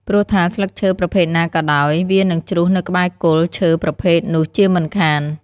ព្រោះថាស្លឹកឈើប្រភេទណាក៏ដោយ វានិងជ្រុះនៅក្បែរគល់ឈើប្រភេទនោះជាមិនខាន។